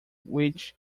which